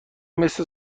مثل